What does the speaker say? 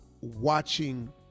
watching